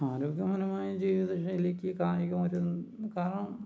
ആരോഗ്യപരമായ ജീവിതശൈലിക്ക് കായികപരം ക